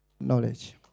Knowledge